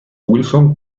wilson